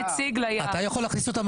אתה יכול להכניס אותם,